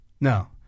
No